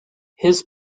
his